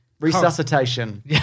Resuscitation